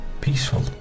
Peaceful